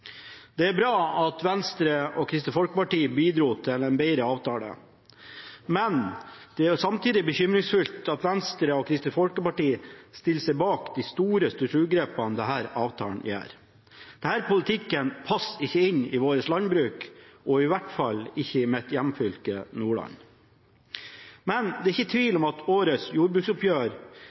Det er bra at Venstre og Kristelig Folkeparti bidro til en bedre avtale, men det er samtidig bekymringsfullt at Venstre og Kristelig Folkeparti stiller seg bak de store strukturgrepene denne avtalen gir. Denne politikken passer ikke inn i vårt landbruk, og i hvert fall ikke i mitt hjemfylke Nordland. Men det er ikke tvil om at årets jordbruksoppgjør